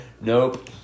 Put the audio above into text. Nope